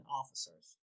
officers